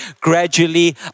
gradually